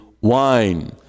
wine